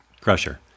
Crusher